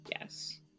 Yes